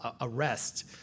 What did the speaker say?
arrest